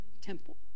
temple